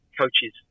Coaches